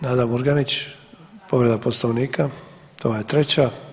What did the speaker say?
Nada Murganić, povreda Poslovnika to vam je treća.